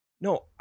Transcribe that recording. no